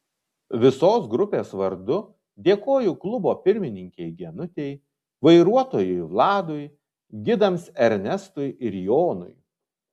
visos grupės vardu dėkoju klubo pirmininkei genutei vairuotojui vladui gidams ernestui ir jonui